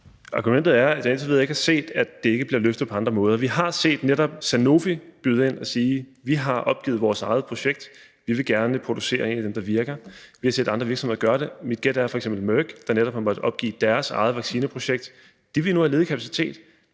Argumentet er, at jeg indtil videre ikke har set, at det ikke bliver løftet på andre måder. Vi har set netop Sanofi byde ind og sige: Vi har opgivet vores eget projekt. Vi vil gerne producere en af dem, der virker. Vi har set andre virksomheder gøre det. Mit gæt er, at f.eks. Merck, der netop har måttet opgive deres eget vaccineprojekt, nu vil have ledig kapacitet.